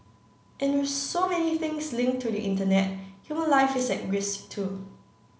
and with so many things linked to the Internet human life is at risk too